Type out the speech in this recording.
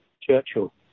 Churchill